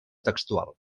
textual